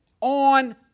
on